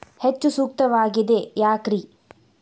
ಹೆಚ್ಚು ಸೂಕ್ತವಾಗಿದೆ ಯಾಕ್ರಿ?